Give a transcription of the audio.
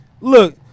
look